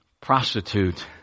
prostitute